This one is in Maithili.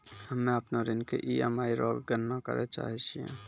हम्म अपनो ऋण के ई.एम.आई रो गणना करैलै चाहै छियै